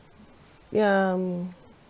ya um